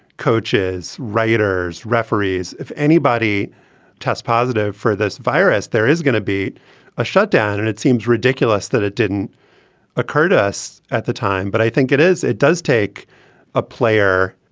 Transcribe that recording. coaches, writers, referees. if anybody test positive for this virus, there is going to be a shutdown. and it seems ridiculous that it didn't occur to us at the time. but i think it is it does take a player,